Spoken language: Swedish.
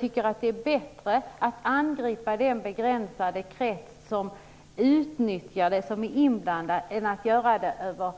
Det är bättre att angripa den begränsade krets som är inblandad än att angripa